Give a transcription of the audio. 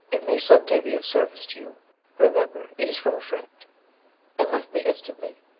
it may some day be of service to you remember it is from a friend and left me instantly.